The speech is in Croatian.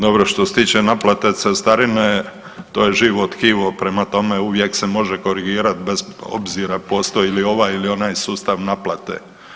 Dobro što se tiče naplate cestarine, to je živo tkivo prema tome uvijek se može korigirat, bez obzira postoji li ovaj ili onaj sustav naplate.